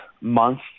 month